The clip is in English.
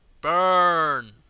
Burn